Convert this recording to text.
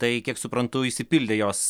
tai kiek suprantu išsipildė jos